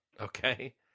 okay